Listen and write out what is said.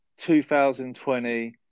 2020